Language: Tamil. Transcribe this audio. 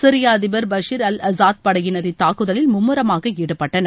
சிரியா அதிபர் பஷீர் அல் அசாத் படையினர் இத்தாக்குதலில் மும்முரமாக ஈடுபட்டனர்